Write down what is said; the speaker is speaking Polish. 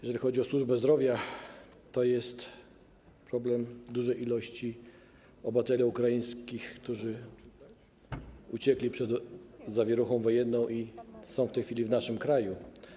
Jeżeli chodzi o służbę zdrowia, to pojawił się problem dużej liczby obywateli ukraińskich, którzy uciekli przed zawieruchą wojenną i są w tej chwili w naszym kraju.